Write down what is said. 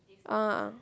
ah ah